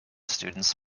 students